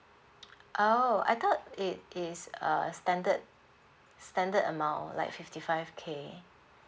oh I thought it is a standard standard amount like fifty five K